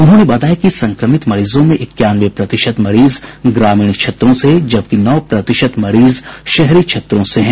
उन्होंने बताया कि संक्रमित मरीजों में इक्यानवे प्रतिशत मरीज ग्रामीण क्षेत्रों से जबकि नौ प्रतिशत मरीज शहरी क्षेत्रों से हैं